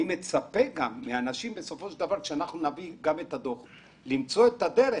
אני מצפה מאנשים למצוא את הדרך,